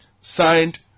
Signed